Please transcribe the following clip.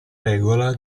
regola